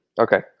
Okay